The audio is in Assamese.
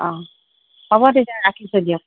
অ' হ'ব তেতিয়া ৰাখিছোঁ দিয়ক